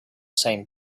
same